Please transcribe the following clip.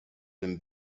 been